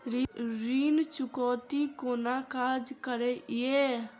ऋण चुकौती कोना काज करे ये?